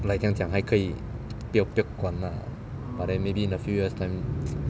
like 怎样讲还可以不用不用管 ah but then maybe in a few years time